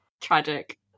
Tragic